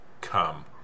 come